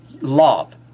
love